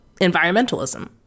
environmentalism